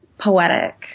poetic